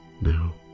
now